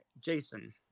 Jason